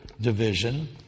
division